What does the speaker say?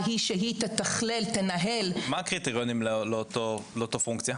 מה הקריטריונים לאותה פונקציה?